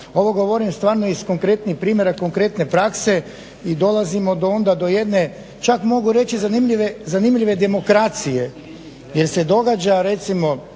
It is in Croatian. ovo govorim stvarno iz konkretnih primjera, konkretne prakse i dolazimo onda do jedne čak mogu reći zanimljive demokracije jer se događa recimo